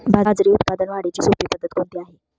बाजरी उत्पादन वाढीची सोपी पद्धत कोणती आहे?